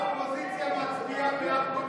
ההצעה להעביר את